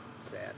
sad